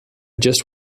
just